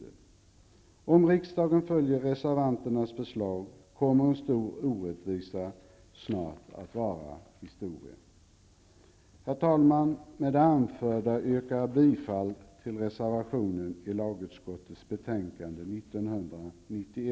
Om riksdagen följer reservanternas förslag kommer en stor orättvisa snart att vara historia. Herr talman! Med det anförda yrkar jag bifall till reservationen till lagutskottets betänkande